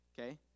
Okay